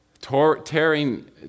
tearing